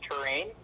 terrain